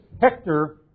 Hector